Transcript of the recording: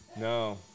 No